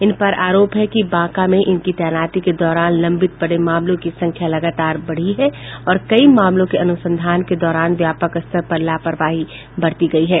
इन पर आरोप है कि बांका में इनकी तैनाती के दौरान लंबित पड़े मामलों की संख्या लगातार बढ़ी है और कई मामलों के अनुसंधान के दौरान व्यापक स्तर पर लापरवाही बरती गयी है